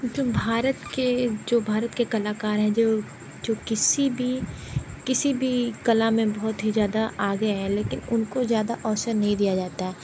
जो भारत के जो भारत के कलाकार हैं जो जो किसी भी किसी भी कला में बहुत ही ज़्यादा आगे हैं लेकिन उनको ज़्यादा अवसर नहीं दिया जाता है